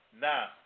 Now